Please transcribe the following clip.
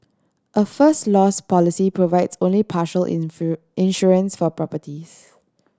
a First Loss policy provides only partial insurance for properties